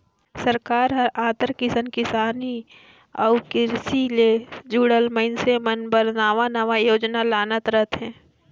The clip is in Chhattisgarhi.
सरकार हर आंतर दिन किसान अउ किरसी ले जुड़ल मइनसे मन बर नावा नावा योजना लानत रहथे